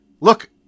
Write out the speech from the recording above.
look